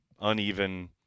uneven